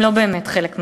הם לא באמת חלק מהמערכת.